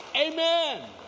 Amen